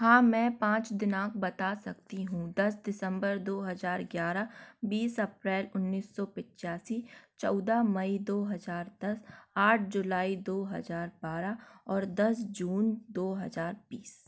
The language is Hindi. हाँ मैं पाँच दिनांक बता सकती हूँ दस दिसम्बर दो हज़ार ग्यारह बीस अप्रैल उन्नीस सौ पचासी चौदह मई दो हज़ार दस आठ जुलाई दो हज़ार बारह और दस जून दो हज़ार बीस